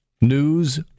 News